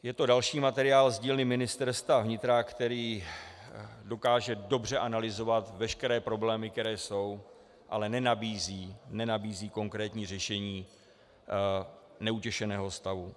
Je to další materiál z dílny Ministerstva vnitra, který dokáže dobře analyzovat veškeré problémy, které jsou, ale nenabízí, nenabízí konkrétní řešení neutěšeného stavu.